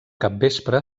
capvespre